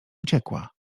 uciekła